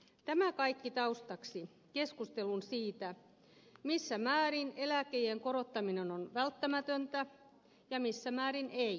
tämä kaikki taustaksi keskustelulle siitä missä määrin eläkeiän korottaminen on välttämätöntä ja missä määrin ei